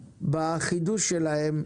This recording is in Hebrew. בחידוש שלהן,